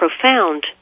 profound